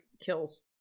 kills